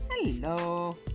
Hello